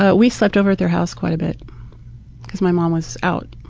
ah we slept over at their house quite a bit because my mom was out